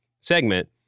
segment